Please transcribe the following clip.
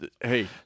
Hey